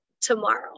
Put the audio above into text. tomorrow